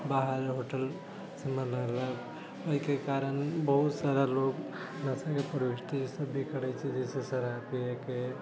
बाहर होटल लै लेलक एहिके कारण बहुत सारा लोक ई सभ भी करैत छै जैसे शराब पियैके